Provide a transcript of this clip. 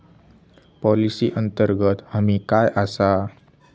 Policy अंतर्गत हमी काय आसा?